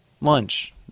Lunch